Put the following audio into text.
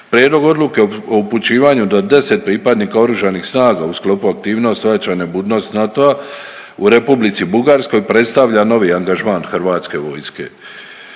Prijedlog odluke o upućivanju do 10 pripadnika Oružanih snaga u sklopu aktivnosti ojačane budnosti NATO-a u Republici Bugarskoj predstavlja novi angažman HV-a. Aktivnost